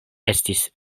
estis